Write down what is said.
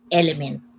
element